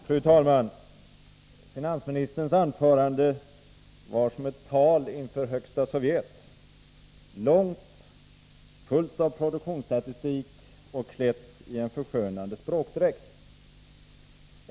Fru talman! Finansministerns anförande var som ett tal inför Högsta Sovjet, långt, fullt av produktionsstatistik och klätt i en förskönande språkdräkt.